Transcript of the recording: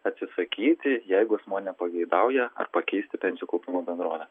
atsisakyti jeigu asmuo nepageidauja ar pakeisti pensijų kaupimo bendrovę